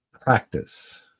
practice